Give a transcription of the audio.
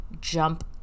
jump